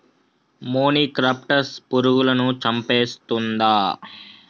మొనిక్రప్టస్ పురుగులను చంపేస్తుందా?